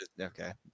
Okay